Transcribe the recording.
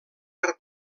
per